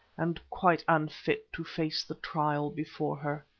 and quite unfit to face the trial before her.